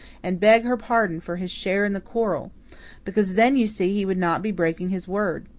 and beg her pardon for his share in the quarrel because then, you see, he would not be breaking his word.